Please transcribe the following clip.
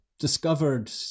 discovered